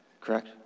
Correct